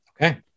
Okay